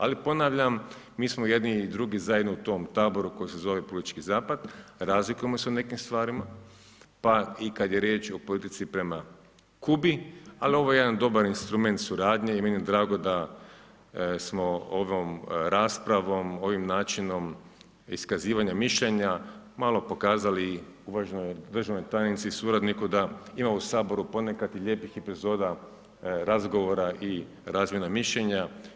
Ali ponavljam, mi smo jedni i drugi zajedno u tom taboru koji se zove politički zapad, razlikujemo se u nekim stvarima, pa i kad je riječ o politici prema Kubi, ali ovo je jedan dobar instrument suradnje i meni je drago da smo ovom raspravom, ovim načinom iskazivanja mišljenja malo pokazali i uvaženoj državnoj tajnici i suradniku da ima u Saboru ponekad i lijepih epizoda razgovora i razmjena mišljenja.